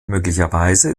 möglicherweise